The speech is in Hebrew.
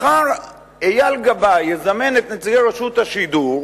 מחר אייל גבאי יזמן את נציגי רשות השידור,